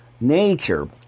nature